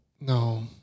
no